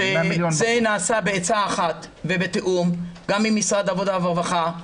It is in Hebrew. זה נעשה בעצה אחת ובתיאום עם משרד העבודה והרווחה,